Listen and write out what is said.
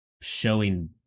showing